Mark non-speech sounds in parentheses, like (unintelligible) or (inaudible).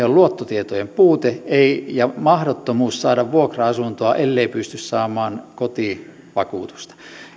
(unintelligible) on luottotietojen puute ja mahdottomuus saada vuokra asuntoa ellei pysty saamaan kotivakuutusta